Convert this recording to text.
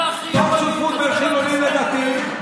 טוב שותפות בין חילונים לדתיים.